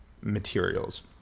materials